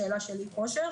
השאלה שנשאלה,